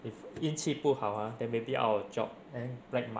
if 运气不好 ah then maybe out of job and then black mark